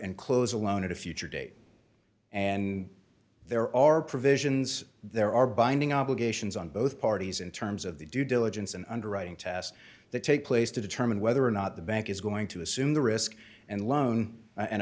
and close a loan at a future date and there are provisions there are binding obligations on both parties in terms of the due diligence and underwriting tasks that take place to determine whether or not the bank is going to assume the risk and loan an